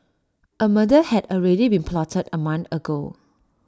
A murder had already been plotted A month ago